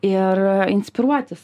ir inspiruotis